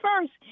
first